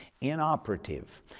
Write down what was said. inoperative